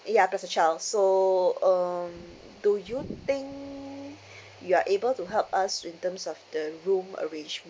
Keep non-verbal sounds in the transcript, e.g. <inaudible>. ya plus a child so um do you think <breath> you're able to help us in term of the room arrangement